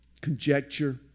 conjecture